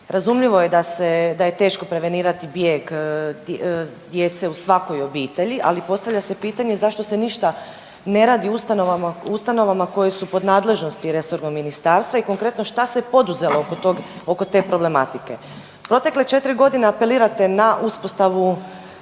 Razumljivo je da je teško prevenirati bijeg djece u svakoj obitelji, ali postavlja se pitanje zašto se ništa ne radi u ustanovama koje su pod nadležnosti resornog ministarstva i konkretno šta se poduzelo oko tog, oko te problematike. U protekle 4 godine apelirate na uspostavu